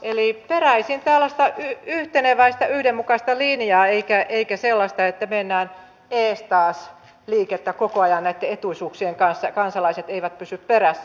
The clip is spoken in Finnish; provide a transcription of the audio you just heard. eli peräisin tällaista yhteneväistä yhdenmukaista linjaa eikä sellaista että mennään eestaas liikettä koko ajan näitten etuisuuksien kanssa kansalaiset eivät pysy perässä